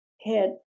head